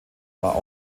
war